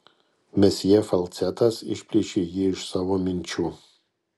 mesjė falcetas išplėšė jį iš savo minčių